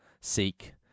Seek